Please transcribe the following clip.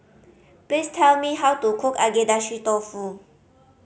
please tell me how to cook Agedashi Dofu